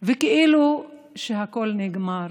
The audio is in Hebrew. כאילו שהכול נגמר.